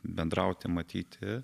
bendrauti matyti